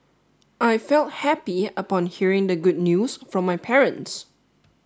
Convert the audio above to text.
I felt happy upon hearing the good news from my parents